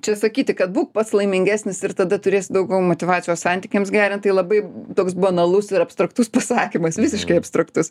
čia sakyti kad būk pats laimingesnis ir tada turėsi daugiau motyvacijos santykiams gerint tai labai toks banalus ir abstraktus pasakymas visiškai abstraktus